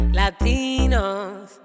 latinos